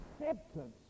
acceptance